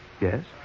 Yes